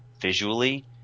Visually